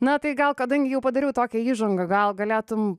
na tai gal kadangi jau padariau tokią įžangą gal galėtum